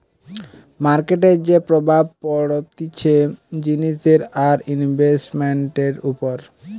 মার্কেটের যে প্রভাব পড়তিছে জিনিসের আর ইনভেস্টান্টের উপর